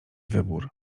wybór